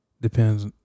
depends